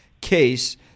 case